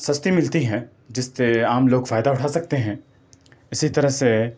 سستی ملتی ہیں جس سے عام لوگ فائدہ اٹھا سکتے ہیں اسی طرح سے